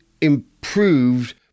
improved